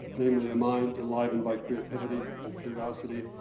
namely a mind enlivened by creativity and curiosity,